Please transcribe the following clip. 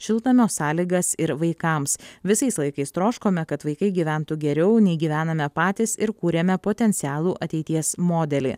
šiltnamio sąlygas ir vaikams visais laikais troškome kad vaikai gyventų geriau nei gyvename patys ir kūrėme potencialų ateities modelį